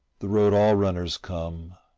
the road all runners come,